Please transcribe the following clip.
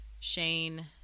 Shane